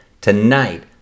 Tonight